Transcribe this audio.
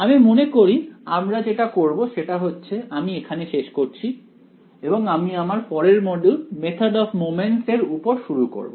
আমি মনে করি আমরা যেটা করবো সেটা হচ্ছে আমি এখানে শেষ করছি এবং আমি আমার পরের মডিউল মেথড অফ মোমেন্টস এর উপর শুরু করব